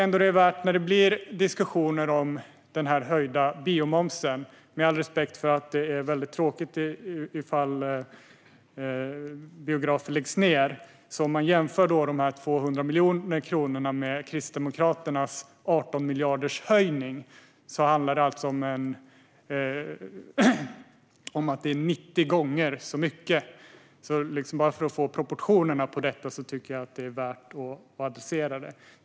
När det gäller den höjda biografmomsen har jag all respekt för att det är tråkigt om biografer läggs ned. Men jämför vi dessa 200 miljoner kronor med Kristdemokraternas 18 miljarder är det senare 90 gånger så mycket.